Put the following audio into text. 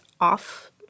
off